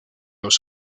los